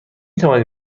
توانید